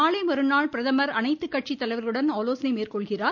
நாளை மறுநாள் பிரதமர் அனைத்து கட்சித்தலைவர்களுடன் ஆலோசனை மேற்கொள்கிறார்